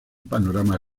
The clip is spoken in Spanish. panorama